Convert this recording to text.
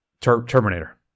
terminator